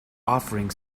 offering